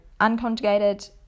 unconjugated